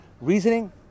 Reasoning